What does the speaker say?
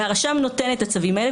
הרשם נותן את הצווים האלה,